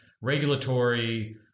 regulatory